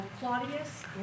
Claudius